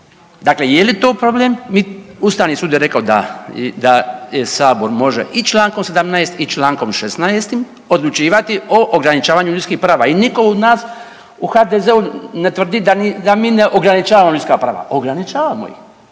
Dakle je li tu problem? Ustavni sud je rekao da Sabor može i čl. 17. i čl. 16. odlučivati o ograničavanju ljudskih prava i niko od nas u HDZ-u ne tvrdi da mi ne ograničavamo ljudska prava. Ograničavamo ih